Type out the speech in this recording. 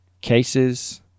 cases